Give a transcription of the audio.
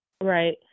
Right